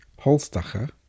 Holstacher